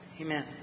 Amen